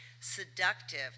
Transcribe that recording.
seductive